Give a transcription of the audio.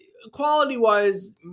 Quality-wise